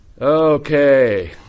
Okay